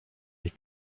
jej